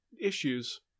issues